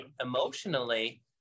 emotionally